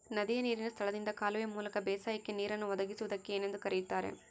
ನದಿಯ ನೇರಿನ ಸ್ಥಳದಿಂದ ಕಾಲುವೆಯ ಮೂಲಕ ಬೇಸಾಯಕ್ಕೆ ನೇರನ್ನು ಒದಗಿಸುವುದಕ್ಕೆ ಏನೆಂದು ಕರೆಯುತ್ತಾರೆ?